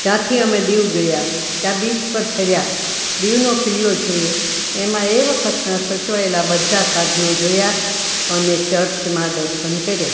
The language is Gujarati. ત્યાંથી અમે દીવ ગયા ત્યાં બીચ પર ફર્યા દીવનો કિલ્લો જોયો એમાં એ વખતના સચવાયેલા બધા સાધનો જોયાં અને ચર્ચમાં દર્શન કર્યા